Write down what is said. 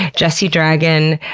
jessie dragon,